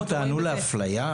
האם הם טענו לאפליה?